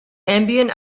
ambient